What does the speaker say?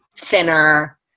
thinner